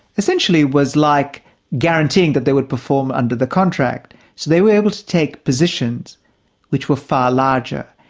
essentially was like guaranteeing that they would perform under the contract. so they were able to take positions which were far larger,